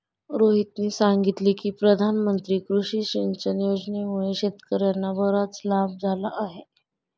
रोहितने सांगितले की प्रधानमंत्री कृषी सिंचन योजनेमुळे शेतकर्यांना बराच लाभ झाला आहे